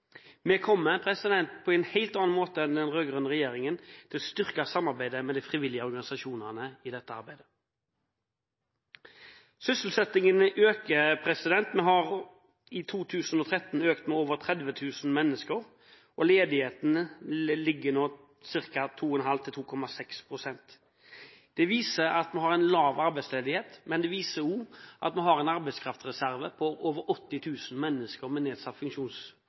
Vi kommer på en helt annen måte enn den rød-grønne regjeringen til å styrke samarbeidet med de frivillige organisasjonene i dette arbeidet. Sysselsettingen øker. I 2013 har sysselsettingen økt med over 30 000 mennesker, og ledigheten ligger nå på ca. 2,5 pst. til 2,6 pst. Det viser at vi har en lav arbeidsledighet, men det viser også at vi har en arbeidskraftreserve på over 80 000 mennesker med nedsatt